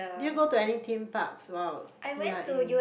do you go to any theme parks while you're in